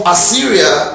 Assyria